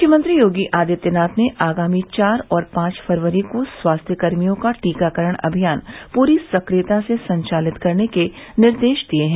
मुख्यमंत्री योगी आदित्यनाथ ने आगामी चार और पांच फरवरी को स्वास्थ्य कर्मियों का टीकाकरण अभियान पूरी सक्रियता से संचालित करने के निर्देश दिये हैं